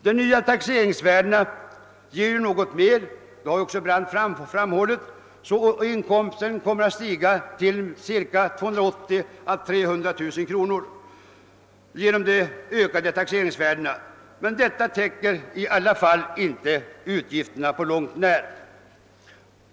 De nya taxeringsvärdena ger något mer, vilket också herr Brandt har framhållit, vilket gör att kommunens inkomst kommer att stiga till cirka 280 000 å 300 000 kr. Denna summa täcker ändå inte utgifterna på långt när.